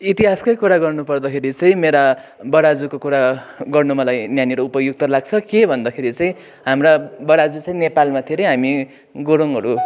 इतिहासकै कुरा गर्नु पर्दाखेरि चाहिँ मेरा बराजुको कुरा गर्नु मलाई यहाँनिर उपयुक्त लाग्छ के भन्दाखेरि चाहिँ हाम्रा बराजु चाहिँ नेपालमा थिए अरे हामी गुरुङहरू